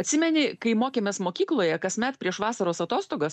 atsimeni kai mokėmės mokykloje kasmet prieš vasaros atostogas